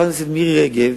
חברת הכנסת מירי רגב,